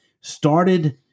started